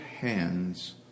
hands